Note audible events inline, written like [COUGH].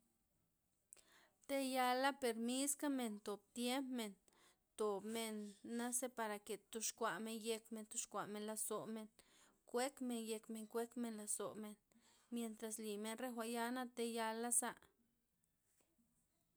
Theyala per miska men tob tiemp men, tobmen [NOISE] naze parake thox kuamen yekmen thox kuamen lazomen, kuekmen yekmen, kuekmen lozomen mientras limen te jwa'nya tayala'za.